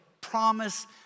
promise